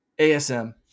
ASM